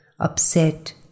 upset